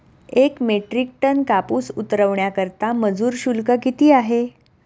एक metric ton कापूस उतरवण्याकरता मजूर शुल्क किती आहे?